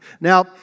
Now